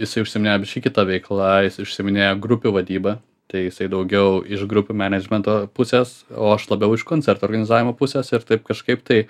jisai užsiminėja biškį kita veikla jis užsiiminėja grupių vadyba tai jisai daugiau iš grupių menedžmento pusės o aš labiau iš koncertų organizavimo pusės ir taip kažkaip tai